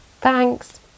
Thanks